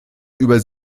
über